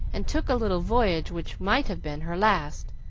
and took a little voyage which might have been her last,